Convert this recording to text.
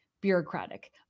bureaucratic